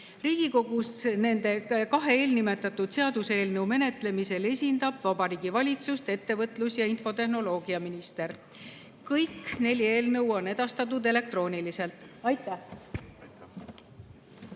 eelnõu. Nende kahe eelnimetatud seaduseelnõu menetlemisel Riigikogus esindab Vabariigi Valitsust ettevõtlus‑ ja infotehnoloogiaminister. Kõik neli eelnõu on edastatud elektrooniliselt. Aitäh!